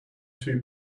two